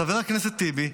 חבר הכנסת טיבי,